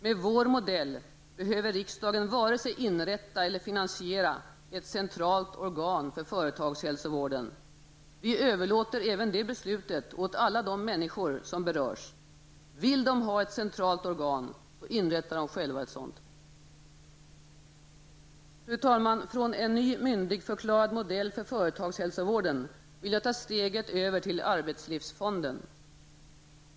Med vår modell behöver riksdagen vare sig inrätta eller finansiera ett centralt organ för företagshälsovården. Vi överlåter även det beslutet åt alla de människor som berörs. Vill de ha ett centralt organ, inrättar de själva ett sådant. Fru talman! Från en ny modell för företagshälsovården, som myndigförklarar den, vill jag ta steget över till arbetslivsfonden.